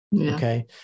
Okay